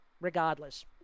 regardless